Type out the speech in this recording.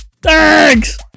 Thanks